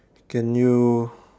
can you